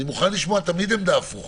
אני מוכן לשמוע תמיד עמדה הפוכה,